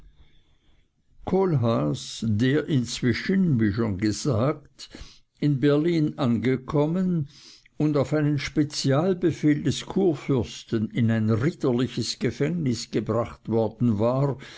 kohlhaas der inzwischen wie schon gesagt in berlin angekommen und auf einen spezialbefehl des kurfürsten in ein ritterliches gefängnis gebracht worden war